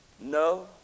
No